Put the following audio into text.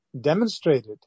demonstrated